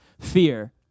fear